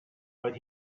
but